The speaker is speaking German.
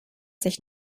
sich